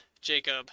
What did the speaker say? Jacob